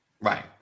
Right